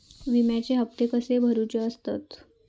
विम्याचे हप्ते कसे भरुचे असतत?